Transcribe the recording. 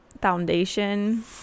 foundation